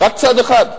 רק צד אחד,